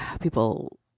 people